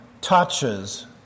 touches